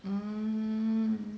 mm